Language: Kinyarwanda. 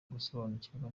gusobanukirwa